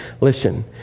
Listen